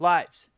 Lights